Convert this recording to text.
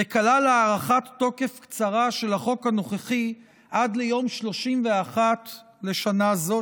וכלל הארכת תוקף קצרה של החוק הנוכחי עד ליום 31 לשנה זו,